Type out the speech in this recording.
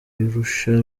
arusha